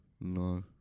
no